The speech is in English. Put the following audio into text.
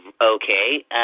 Okay